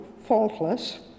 faultless